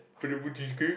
cheesecake